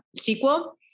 sequel